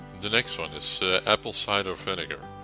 the next one is apple cider vinegar.